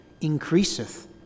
increaseth